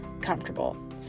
comfortable